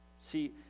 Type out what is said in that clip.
See